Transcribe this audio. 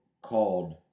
called